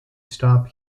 stop